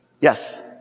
Yes